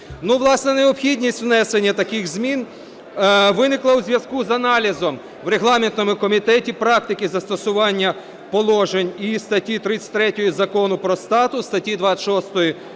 Власне, необхідність внесення таких змін виникло у зв'язку з аналізом у регламентному комітеті практики застосування положень і статті 33 Закону про статус, статті 26